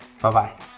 Bye-bye